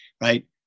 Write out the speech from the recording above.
right